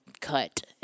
cut